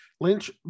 Lynch